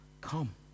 Come